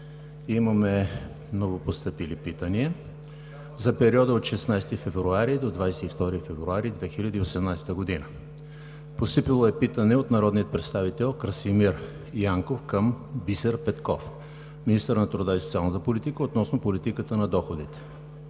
Има новопостъпили питания за периода от 16 до 22 февруари 2018 г.: - постъпило е питане от народния представител Красимир Янков към Бисер Петков – министър на труда и социалната политика, относно политиката на доходите.